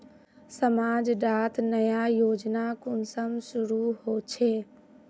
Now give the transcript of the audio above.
समाज डात नया योजना कुंसम शुरू होछै?